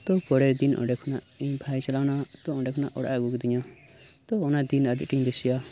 ᱛᱚ ᱯᱚᱨᱮᱨ ᱫᱤᱱ ᱚᱸᱰᱮ ᱠᱷᱚᱱᱟᱜ ᱤᱧ ᱵᱷᱟᱭᱮ ᱪᱟᱞᱟᱣ ᱮᱱᱟ ᱚᱰᱮ ᱠᱷᱚᱱᱟᱜ ᱚᱲᱟᱜ ᱮ ᱟᱹᱜᱩ ᱠᱤᱫᱤᱧᱟ ᱛᱚ ᱚᱱᱟ ᱫᱤᱱ ᱟᱹᱰᱤ ᱟᱴ ᱤᱧ ᱫᱤᱥᱟᱹᱭᱟ